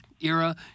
era